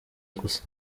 gusa